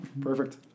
Perfect